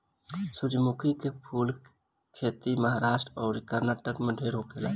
सूरजमुखी के फूल के खेती महाराष्ट्र अउरी कर्नाटक में ढेर होखेला